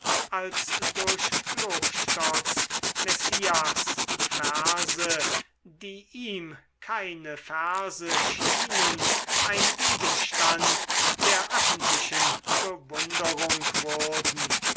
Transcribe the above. als durch klopstocks messias verse die ihm keine verse schienen ein gegenstand der öffentlichen bewunderung wurden